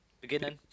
Beginning